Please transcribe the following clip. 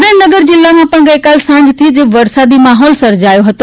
સુરેન્દ્રનગર જિલ્લામાં ગઈકાલે સાંજથી વરસાદી માહોલ સર્જાયો હતો